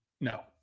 No